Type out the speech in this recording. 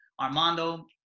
Armando